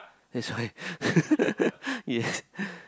that's why yes